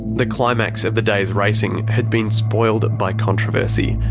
the climax of the day's racing had been spoiled by controversy.